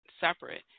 separate